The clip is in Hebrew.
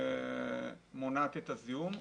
שמונעת את הזיהום.